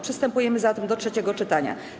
Przystępujemy zatem do trzeciego czytania.